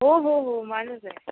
हो हो हो माझाच आहे